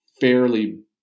fairly